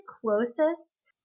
closest